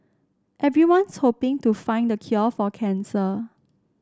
everyone's hoping to find the cure for cancer